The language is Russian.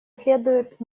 следует